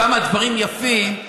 כמה דברים יפים,